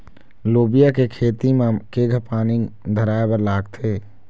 लोबिया के खेती म केघा पानी धराएबर लागथे?